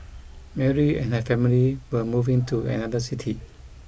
Mary and her family were moving to another city